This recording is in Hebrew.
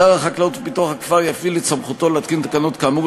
שר החקלאות ופיתוח הכפר יפעיל את סמכותו להתקין תקנות כאמור,